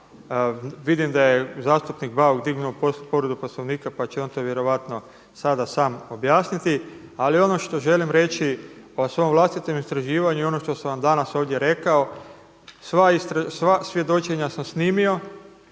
Vidim da je zastupnik Bauk dignuo povredu Poslovnika pa će on to vjerojatno sada sam objasniti. Ali ono što želim reći o svom vlastitom istraživanju i ono što sam vam danas ovdje rekao, sva svjedočenja sam snimio,